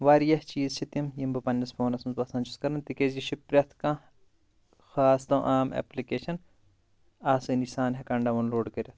واریاہ چیٖز چھِ تِم یِم بہٕ پَننِس فونَس منٛز پسنٛد چھُس کَران تِکیازِ یہِ چھُ پرٚٮ۪تھ کانٛہہ خاص تہٕ عام ایپلٕکیشَن آسٲنی سان ہیکان ڈاونلوڈ کٔرِتھ